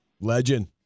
Legend